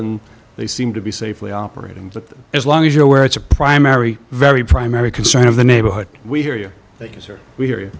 and they seem to be safely operating but as long as you're aware it's a primary very primary concern of the neighborhood we hear you use or we hear y